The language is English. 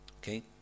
Okay